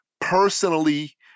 personally